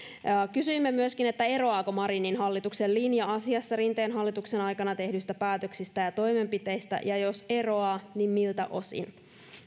kysyimme myöskin eroaako marinin hallituksen linja asiassa rinteen hallituksen aikana tehdyistä päätöksistä ja toimenpiteistä ja jos eroaa miltä osin